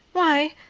why,